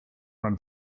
run